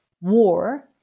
war